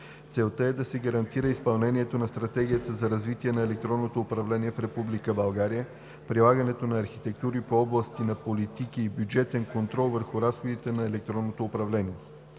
Целта е да се гарантира изпълнението на Стратегията за развитие на електронното управление в Република България, прилагането на архитектури по области на политики и бюджетен контрол върху разходите за е-управление.